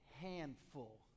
handful